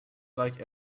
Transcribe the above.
like